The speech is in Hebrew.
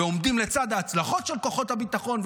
עומדים לצד ההצלחות של כוחות הביטחון,